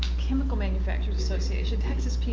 chemical manufacturers association, texas pta,